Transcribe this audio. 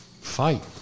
Fight